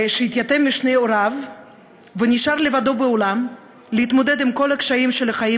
שהתייתם משני הוריו ונשאר לבדו בעולם להתמודד עם כל הקשיים של החיים